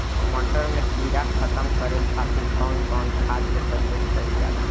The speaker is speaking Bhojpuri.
मटर में कीड़ा खत्म करे खातीर कउन कउन खाद के प्रयोग कईल जाला?